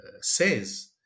says